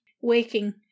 waking